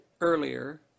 earlier